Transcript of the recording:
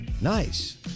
Nice